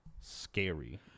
scary